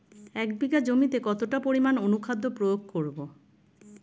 এক বিঘা জমিতে কতটা পরিমাণ অনুখাদ্য প্রয়োগ করব?